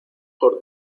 por